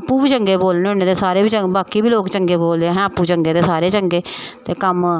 आपूं बी चंगे बोलने होन्ने ते सारे बी बाकी बी लोक चंगे बोलदे अहें आपूं चंगे ते सारे चंगे ते कम्म